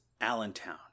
Allentown